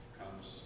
comes